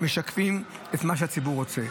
אנחנו צריכים לברך על זה שנשיא ארצות הברית נבחר,